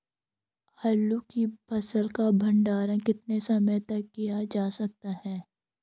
आलू की फसल का भंडारण कितने समय तक किया जा सकता है?